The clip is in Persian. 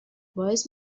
باعث